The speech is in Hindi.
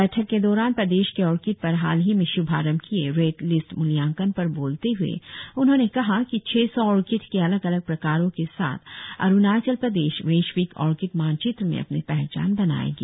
बैठक के दौरान प्रदेश के ओर्किड पर हाल ही में शुभारंभ किए रेड लिस्ट मूल्याकन पर बोलते हुए उन्होंने कहा कि छह सौ ओर्किड के अलग अलग प्रकारों के साथ अरुणाचल वेश्विक ओर्किड मानचित्र में अपनी पहचान बनाएगी